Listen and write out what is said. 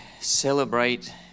celebrate